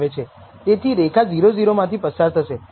તેથી રેખા 0 0 માંથી પસાર થશે